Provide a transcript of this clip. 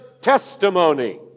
testimony